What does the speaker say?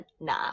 nah